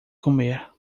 comer